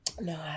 No